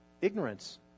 Ignorance